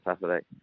Saturday